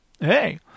Hey